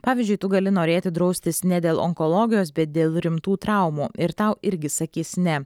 pavyzdžiui tu gali norėti draustis ne dėl onkologijos bet dėl rimtų traumų ir tau irgi sakys ne